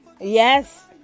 Yes